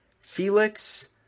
Felix